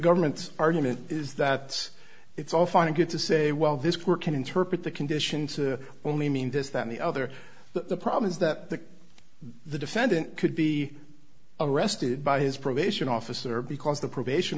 government's argument is that it's it's all fine and good to say well this court can interpret the conditions to only mean this that the other the problem is that the the defendant could be arrested by his probation officer because the probation